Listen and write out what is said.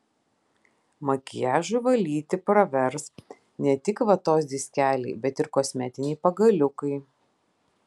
makiažui valyti pravers ne tik vatos diskeliai bet ir kosmetiniai pagaliukai